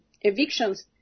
evictions